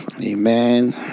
amen